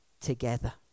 together